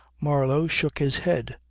marlow shook his head.